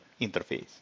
interface